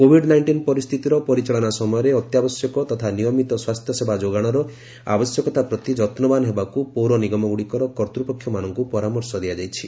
Covid nineteen ପରିସ୍ଥିତିର ପରିଚାଳନା ସମୟରେ ଅତ୍ୟାବଶ୍ୟକ ତଥା ନିୟମିତ ସ୍ୱାସ୍ଥ୍ୟସେବା ଯୋଗାଣର ଆବଶ୍ୟକତା ପ୍ରତି ଯନ୍ତବାନ ହେବାକୁ ପୌର ନିଗମଗୁଡ଼ିକର କର୍ତ୍ତୃପକ୍ଷମାନଙ୍କୁ ପରାମର୍ଶ ଦିଆଯାଇଛି